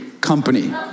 company